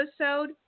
episode